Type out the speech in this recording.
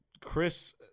Chris